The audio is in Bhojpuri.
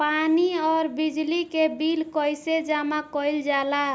पानी और बिजली के बिल कइसे जमा कइल जाला?